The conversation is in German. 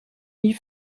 nie